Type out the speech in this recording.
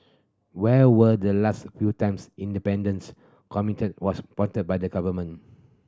when were the last few time independence committee was appointed by the government